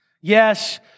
Yes